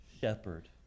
shepherd